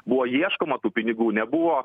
buvo ieškoma tų pinigų nebuvo